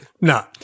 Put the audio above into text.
no